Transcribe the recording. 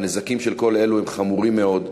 הנזקים של כל אלו הם חמורים מאוד.